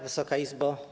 Wysoka Izbo!